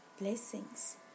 blessings